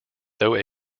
though